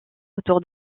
autour